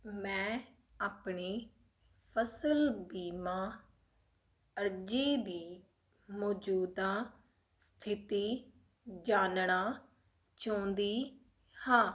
ਮੈਂ ਆਪਣੀ ਫਸਲ ਬੀਮਾ ਅਰਜ਼ੀ ਦੀ ਮੌਜੂਦਾ ਸਥਿਤੀ ਜਾਣਨਾ ਚਾਹੁੰਦੀ ਹਾਂ